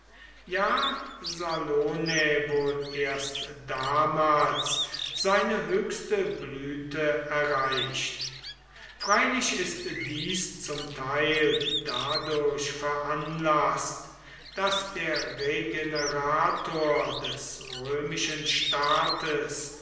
ja salonae wohl erst damals seine höchste blüte erreicht freilich ist dies zum teil dadurch veranlaßt daß der regenerator des römischen staates